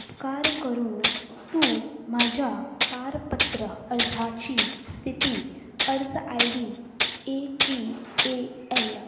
उपकार करून तूं म्हाज्या पारपत्र अर्जाची स्थिती अर्ज I D A P A L